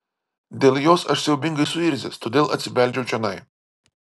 dėl jos aš siaubingai suirzęs todėl atsibeldžiau čionai